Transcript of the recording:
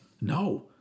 No